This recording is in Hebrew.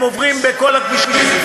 הם עוברים בכל הכבישים,